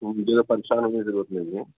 زیادہ پریشان ہونے کی ضرورت نہیں ہے